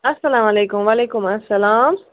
اَسلام علیکُم وَعلیکُم اَسَلام